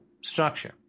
structure